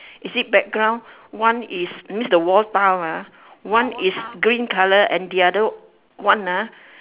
is it background one is that means the wall tile ah one is green color and the other one ah